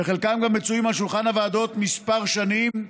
וחלקם גם מצויים על שולחן הוועדות כמה שנים,